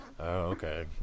Okay